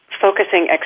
focusing